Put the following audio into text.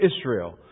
Israel